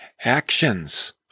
Actions